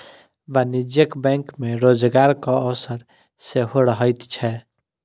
वाणिज्यिक बैंक मे रोजगारक अवसर सेहो रहैत छै